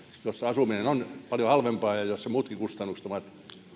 missä asuminen on paljon halvempaa ja missä muutkin kustannukset ovat